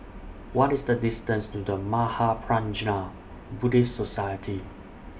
What IS The distance to The Mahaprajna Buddhist Society